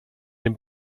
dem